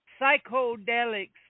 psychedelics